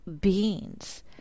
beings